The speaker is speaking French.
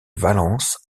valence